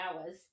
hours